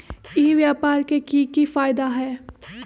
ई व्यापार के की की फायदा है?